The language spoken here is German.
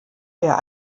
der